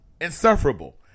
insufferable